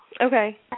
Okay